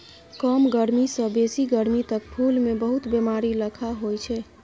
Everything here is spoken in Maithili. कम गरमी सँ बेसी गरमी तक फुल मे बहुत बेमारी लखा होइ छै